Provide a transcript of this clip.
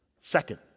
Second